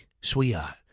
sweetheart